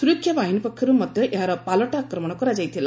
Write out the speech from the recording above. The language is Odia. ସୁରକ୍ଷାବାହିନୀ ପକ୍ଷରୁ ମଧ୍ୟ ଏହାର ପାଲ୍ଟା ଆକ୍ରମଣ କରାଯାଇଥିଲା